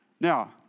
Now